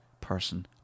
person